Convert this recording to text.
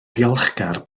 ddiolchgar